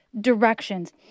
directions